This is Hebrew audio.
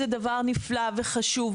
מודעות זה דבר נפלא וחשוב,